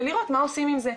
ולראות מה עושים עם זה,